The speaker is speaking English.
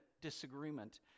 disagreement